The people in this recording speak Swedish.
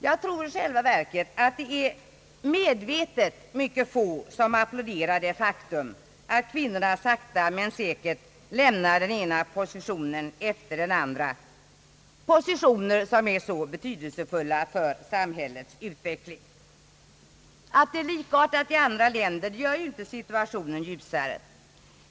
Jag tror i själva verket att det är mycket få som medvetet applåderar det faktum att kvinnorna sakta men säkert lämnar den ena positionen efter den andra, positio ner som är så betydelsefulla för samhällets utveckling. Att förhållandena är likartade i andra länder gör inte situationen ljusare.